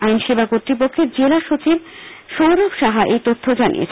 আইন সেবা কর্তৃপক্ষের জেলা সচিব সৌরভ সাহা এই তথ্য জানিয়েছেন